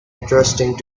interesting